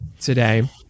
today